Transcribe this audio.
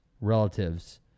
relatives